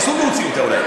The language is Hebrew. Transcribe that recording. אסור להוציא אותה אולי.